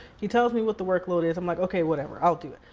he tells me what the workload is, i'm like okay whatever, i'll do it.